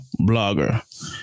blogger